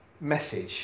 message